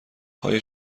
های